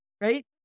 right